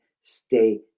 stay